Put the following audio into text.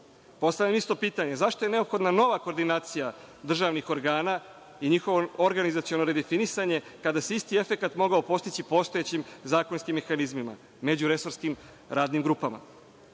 sude? Postavljam isto pitanje – zašto je neophodna nova koordinacija državnih organa i njihovo organizaciono redefinisanje, kada se isti efekat mogao postići postojećim zakonskim mehanizmima međuresurskim radnim grupama?